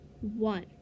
one